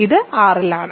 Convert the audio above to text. ഇത് R ലാണ്